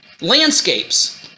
landscapes